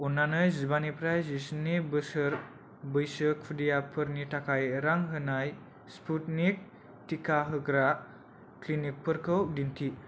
अन्नानै जिबानिफ्राय जिस्नि बोसोर बैसो खुदियाफोरनि थाखाय रां होनाय स्पुटनिक टिका होग्रा क्लिनिकफोरखौ दिन्थि